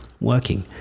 working